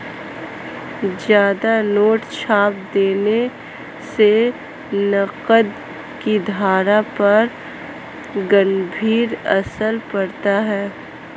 ज्यादा नोट छाप देने से नकद की धारा पर गंभीर असर पड़ता है